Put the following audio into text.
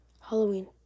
Halloween